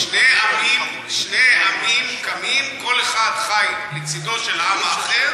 שני עמים קמים, כל אחד חי לצדו של העם האחר,